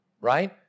right